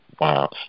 Wow